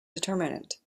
determinant